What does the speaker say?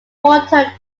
water